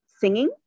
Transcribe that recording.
singing